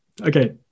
Okay